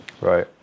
Right